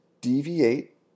deviate